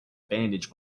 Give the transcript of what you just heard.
bandage